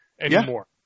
anymore